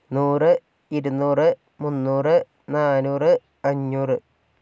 നൂറ് ഇരുന്നൂറ് മുന്നൂറ് നാന്നൂറ് അഞ്ഞൂറ്